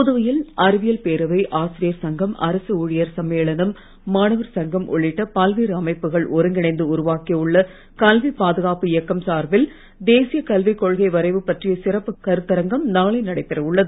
புதுவையில் அறிவியல் பேரவை ஆசிரியர் சங்கம் அரசு ஊழியர் சம்மேளனம் மாணவர் சங்கம் உள்ளிட்ட பல்வேறு அமைப்புகள் ஒருங்கிணைந்து உருவாக்கியுள்ள கல்வி பாதுகாப்பு இயக்கம் சார்பில் தேசிய கல்வி கொள்கை வரைவு பற்றிய சிறப்பு கருத்தரங்கம் நாளை நடைபெற உள்ளது